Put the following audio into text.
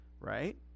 right